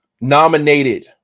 nominated